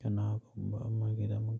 ꯀꯅꯥꯒꯨꯝꯕ ꯑꯃꯒꯤꯗꯃꯛ